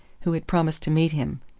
who had promised to meet him.